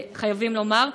חייבים לומר,